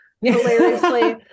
Hilariously